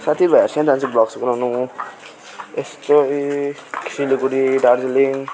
साथी भाइहरूसँग जान्छु ब्लग्स बनाउनु यस्तरी सिलिगडी दार्जिलिङ